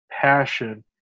passion